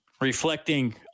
reflecting